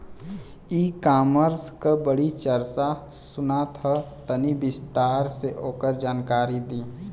ई कॉमर्स क बड़ी चर्चा सुनात ह तनि विस्तार से ओकर जानकारी दी?